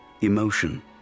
Emotion